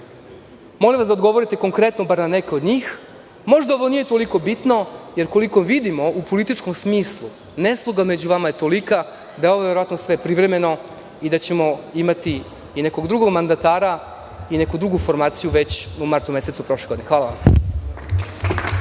Molim vas da odgovorite konkretno bar na neka od njih. Možda ovo nije toliko bitno, jer koliko vidimo u političkom smislu nesloga među vama je tolika da je ovo verovatno sve privremeno i da ćemo imati i nekog drugog mandatara i neku drugu formaciju već u martu mesecu naredne godine. **Nebojša